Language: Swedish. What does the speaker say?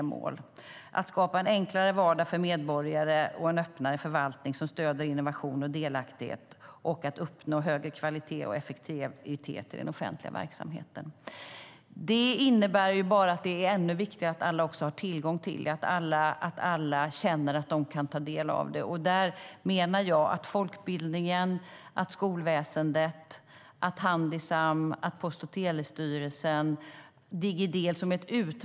De målen är att skapa en enklare vardag för medborgare, att skapa en öppnare förvaltning som stöder innovation och delaktighet och att uppnå högre kvalitet och effektivitet i den offentliga verksamheten. Det innebär att det är ännu viktigare att alla har tillgång till det och att alla känner att de kan ta del av det. Digidel är ett utmärkt exempel på vad som händer när folkbildningen, skolväsendet, Handisam och Post och telestyrelsen samverkar.